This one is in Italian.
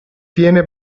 viene